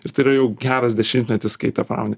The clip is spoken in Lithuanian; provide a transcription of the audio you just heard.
ir tai yra jau geras dešimtmetis kai ta pramonė